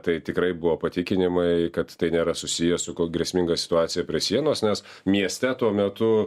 tai tikrai buvo patikinimai kad tai nėra susiję su grėsminga situacija prie sienos nes mieste tuo metu